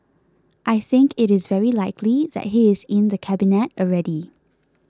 I think it is very likely that he is in the Cabinet already